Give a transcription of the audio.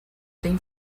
têm